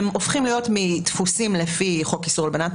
הם הופכים להיות מדפוסים לפי חוק איסור הלבנת